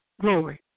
Glory